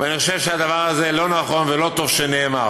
ואני חושב שהדבר הזה לא נכון ולא טוב שנאמר.